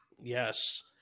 Yes